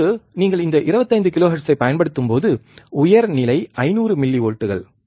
இப்போது நீங்கள் இந்த 25 கிலோஹெர்ட்சை பயன்படுத்தும்போது உயர் நிலை 500 மில்லிவோல்ட்கள்